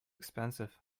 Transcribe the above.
expensive